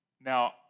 Now